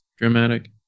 Dramatic